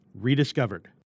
rediscovered